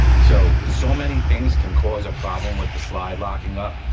so, so many things can cause a problem with the slide locking up,